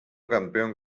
campeón